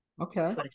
Okay